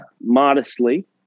modestly